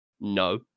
no